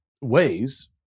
ways